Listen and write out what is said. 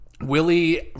Willie